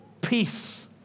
peace